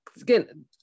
Again